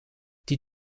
die